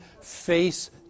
Face